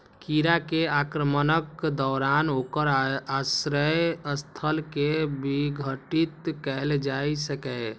कीड़ा के आक्रमणक दौरान ओकर आश्रय स्थल कें विघटित कैल जा सकैए